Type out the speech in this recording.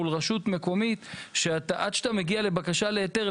מול רשות מקומית שעד שאתה מגיע לבקשה להיתר,